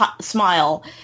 smile